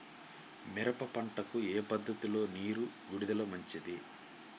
మిరప పంటకు ఏ పద్ధతిలో నీరు విడుదల మంచిది?